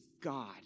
God